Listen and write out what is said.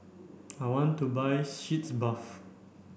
I want to buy sitz bath